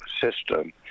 system